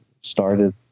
started